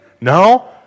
No